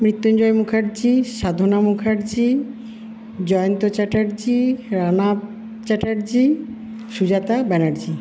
Mrityunjay Mukherjee Sadhana Mukherjee Jayanta Chatterjee Rana Chatterjee Sujata Banerjee